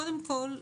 קודם כל,